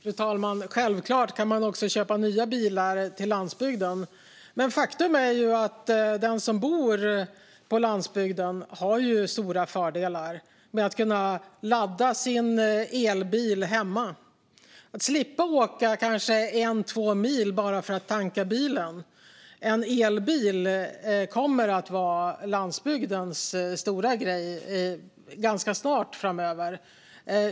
Fru talman! Självklart kan man köpa nya bilar också på landsbygden. Men faktum är att den som bor på landsbygden har stora fördelar genom att elbilen kan laddas hemma - man slipper åka kanske en eller två mil bara för att tanka bilen. En elbil kommer att vara landsbygdens stora grej ganska snart.